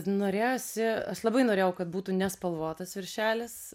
norėjosi aš labai norėjau kad būtų nespalvotas viršelis